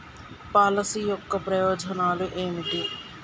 Policy యొక్క ప్రయోజనాలు ఏమిటి?